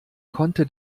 konnte